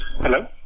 Hello